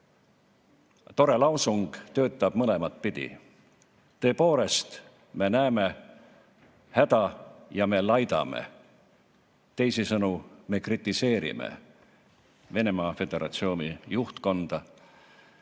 tore lausung mõlemat pidi. Tõepoolest, me näeme häda ja laidame. Teisisõnu, me kritiseerime Venemaa Föderatsiooni juhtkonda.